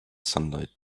sunlight